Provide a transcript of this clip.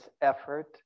effort